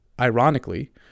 ironically